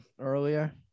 earlier